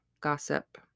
gossip